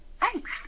Thanks